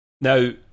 Now